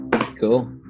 Cool